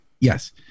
Yes